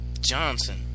Johnson